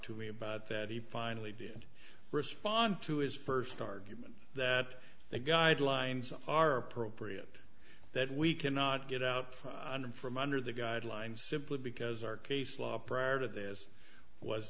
to me about that he finally did respond to his first argument that the guidelines are appropriate that we cannot get out from under from under the guidelines simply because our case law prior to this was